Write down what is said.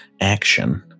action